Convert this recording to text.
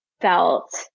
felt